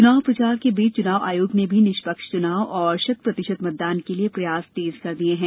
च्नाव प्रचार के बीच च्नाव आयोग ने भी निष्पक्ष च्नाव और शत प्रतिशत मतदान के लिए प्रयास तेज कर दिये हैं